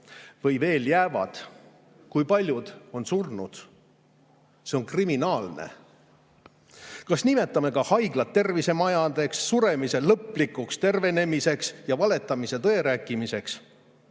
või veel jäävad? Kui paljud on surnud? See on kriminaalne. Kas nimetame ka haiglad tervisemajadeks, suremise lõplikuks tervenemiseks ja valetamise tõe rääkimiseks?